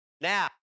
Now